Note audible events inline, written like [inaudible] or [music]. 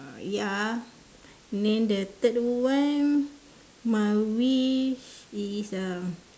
ya then the third one my wish is uh [noise]